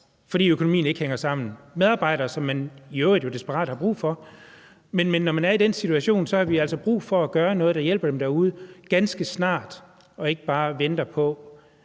fordi økonomien ikke hænger sammen, medarbejdere, som man jo i øvrigt desperat har brug for. Men når man er i den situation, har vi altså brug for at gøre noget, der hjælper dem derude ganske snart, og ikke bare vente på